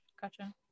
Gotcha